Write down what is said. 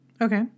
Okay